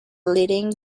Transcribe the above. leading